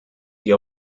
sie